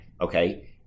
okay